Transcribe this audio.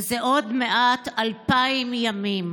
וזה עוד מעט 2,000 ימים,